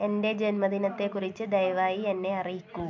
എന്റെ ജന്മദിനത്തെക്കുറിച്ച് ദയവായി എന്നെ അറിയിക്കൂ